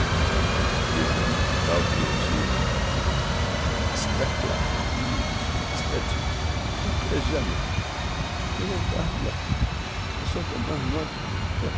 deus o livre de tal querido tio está claro livre está dito até já meu amigo eu não tardo lá é só tomar no